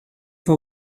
for